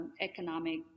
economic